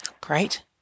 Great